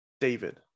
David